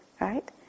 right